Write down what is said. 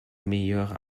meilleure